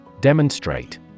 Demonstrate